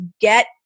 get